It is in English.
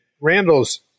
Randall's